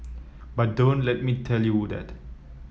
but don't let me tell you would that